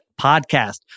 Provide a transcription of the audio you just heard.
podcast